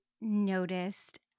noticed